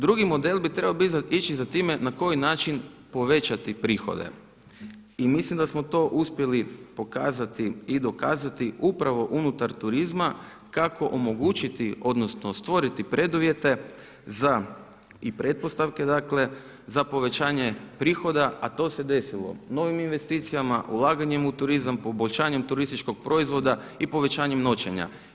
Drugi model bi trebao ići za time na koji način povećati prihode i mislim da smo to uspjeli pokazati i dokazati upravo unutar turizma kako omogućiti, odnosno stvoriti preduvjete i pretpostavke, dakle za povećanje prihoda a to se desilo novim investicijama, ulaganjem u turizam, poboljšanjem turističkog proizvoda i povećanjem noćenja.